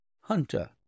Hunter